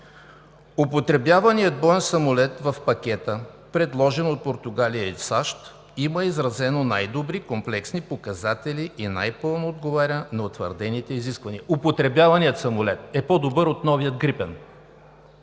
„Употребяваният боен самолет в пакета, предложен от Португалия и САЩ, има изразено най-добри комплексни показатели и най-пълно отговоря на утвърдените изисквания.“ Употребяваният самолет е по добър от новия „Грипен“!